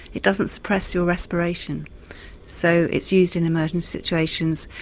it doesn't suppress your respiration so it's used in emergency situations.